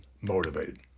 motivated